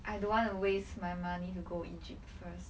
I don't want to waste my money to go egypt first